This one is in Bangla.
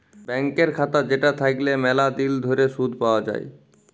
ব্যাংকের খাতা যেটা থাকল্যে ম্যালা দিল ধরে শুধ পাওয়া যায়